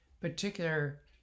particular